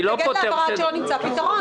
נתנגד להעברה כל עוד לא נמצא פתרון.